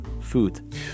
food